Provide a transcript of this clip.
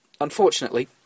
Unfortunately